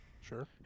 Sure